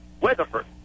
Weatherford